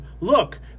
look